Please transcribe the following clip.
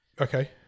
Okay